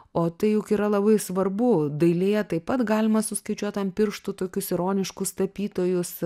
o tai juk yra labai svarbu dailėje taip pat galima suskaičiuot ant pirštų tokius ironiškus tapytojus